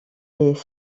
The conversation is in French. les